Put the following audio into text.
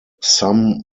some